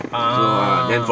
ah